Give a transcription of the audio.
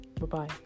Bye-bye